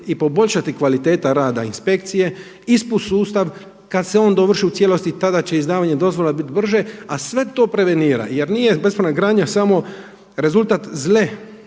i poboljšati kvaliteta rada inspekcije. ISPU sustav kada se on dovrši u cijelosti tada će izdavanje dozvola biti brže, a sve to prevenira jer nije bespravna gradnja samo rezultat zle